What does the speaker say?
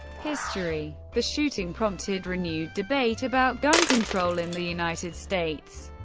history. the shooting prompted renewed debate about gun control in the united states,